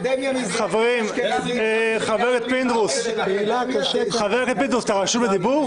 --- חבר הכנסת פינדרוס, אתה רשום לדיבור?